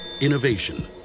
Innovation